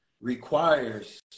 requires